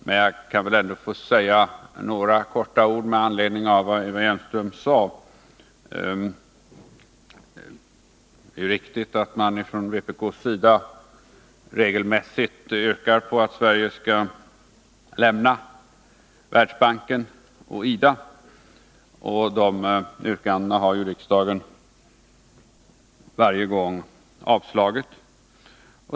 Men jag kan kanske ändå kort få säga några ord med anledning av vad Eva' Det är riktigt att man från vpk:s sida regelmässigt yrkar att Sverige skall lämna Världsbanken och IDA. De yrkandena har riksdagen varje gång avslagit.